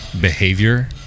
behavior